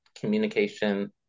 communication